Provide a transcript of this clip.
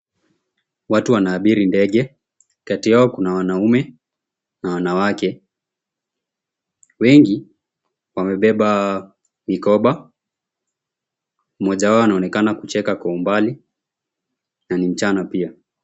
Watu wanaabiri ndege kati yao kuna wanaume na wanawake, wengi wamebeba mikoba mmoja wao anaonekana kucheka kwa umbali na ni mchana pia.